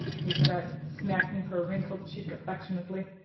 he said, smacking her wrinkled cheek affectionately.